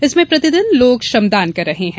इसमें प्रतिदिन लोग श्रमदान कर रहे हैं